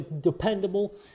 Dependable